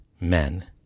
men